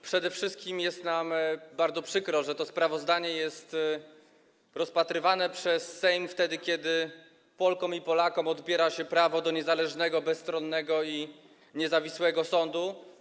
Przede wszystkim jest nam bardzo przykro, że to sprawozdanie jest rozpatrywane przez Sejm wtedy, kiedy Polkom i Polakom odbiera się prawo do niezależnego, bezstronnego i niezawisłego sądu.